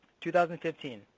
2015